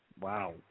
wow